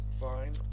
fine